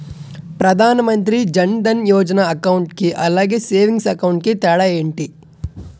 Pradhan Mantri Jan Dhan Yojana account కి అలాగే savings account కి తేడా ఏంటి?